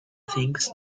thinks